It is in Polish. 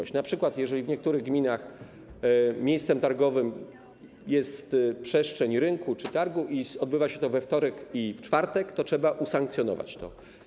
Jeżeli np. w niektórych gminach miejscem targowym jest przestrzeń rynku czy targu i odbywa się to we wtorek i w czwartek, to trzeba usankcjonować to.